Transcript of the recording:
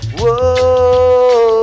Whoa